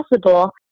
possible